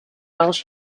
welsh